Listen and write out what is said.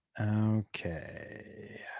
okay